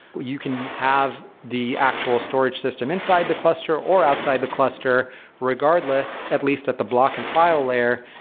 you can have the actual storage system inside the cluster or outside the cluster regardless, at least at the block and file layer,